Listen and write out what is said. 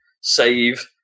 save